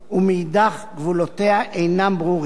ומאידך גיסא גבולותיה אינם ברורים.